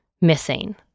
missing